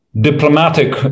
Diplomatic